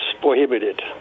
prohibited